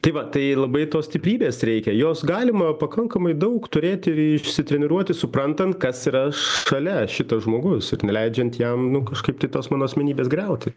tai va tai labai tos stiprybės reikia jos galima pakankamai daug turėti išsitreniruoti suprantant kas yra šalia šitas žmogus ir neleidžiant jam nu kažkaip tai tos mano asmenybės griauti